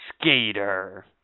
skater